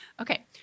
okay